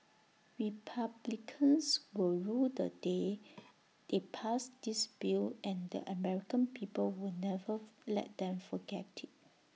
republicans will rue the day they passed this bill and the American people will never fu let them forget IT